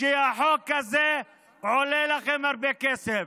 שהחוק הזה עולה לכם הרבה כסף.